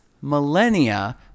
millennia